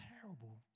terrible